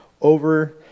over